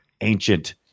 ancient